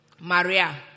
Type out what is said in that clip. Maria